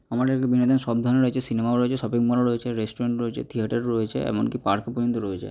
আমার এলাকায় বিনোদন সব ধরনের রয়েছে সিনেমাও রয়েছে শপিং মলও রয়েছে রেস্টুরেন্ট রয়েছে থিয়েটার রয়েছে এমন কি পার্কও পর্যন্ত রয়েছে